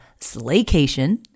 Slaycation